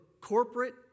corporate